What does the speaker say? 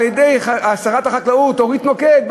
על-ידי שרת החקלאות אורית נוקד,